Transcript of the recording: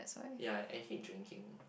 ya I hate drinking